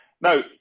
Now